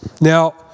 Now